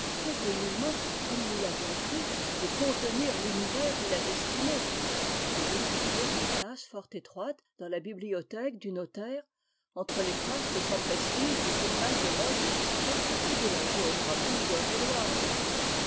n'était nullement comme nous l'avions cru de contenir l'univers et la destinée mais d'occuper une place fort étroite dans la bibliothèque du notaire entre les fastes sans prestige du journal de modes illustré et de la géographie deure et loir